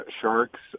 sharks